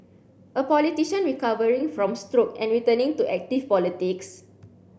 a politician recovering from stroke and returning to active politics